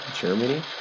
Germany